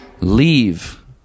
leave